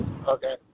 Okay